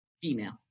female